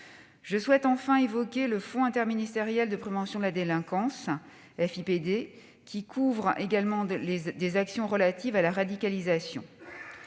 Je souhaite enfin évoquer le fonds interministériel de prévention de la délinquance (FIPD), qui couvre également des actions relatives à la radicalisation.